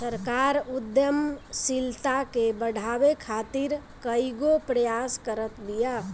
सरकार उद्यमशीलता के बढ़ावे खातीर कईगो प्रयास करत बिया